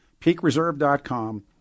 Peakreserve.com